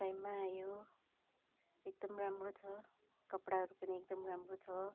टाइममा आयो एकदम राम्रो छ कपडाहरू पनि एकदम राम्रो छ